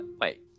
wait